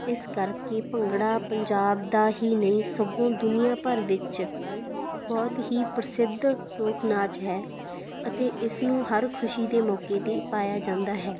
ਇਸ ਕਰਕੇ ਭੰਗੜਾ ਪੰਜਾਬ ਦਾ ਹੀ ਨਹੀਂ ਸਗੋਂ ਦੁਨੀਆ ਭਰ ਵਿੱਚ ਬਹੁਤ ਹੀ ਪ੍ਰਸਿੱਧ ਲੋਕ ਨਾਚ ਹੈ ਅਤੇ ਇਸ ਨੂੰ ਹਰ ਖੁਸ਼ੀ ਦੇ ਮੌਕੇ 'ਤੇ ਪਾਇਆ ਜਾਂਦਾ ਹੈ